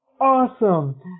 awesome